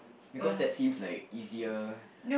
because that seems like easier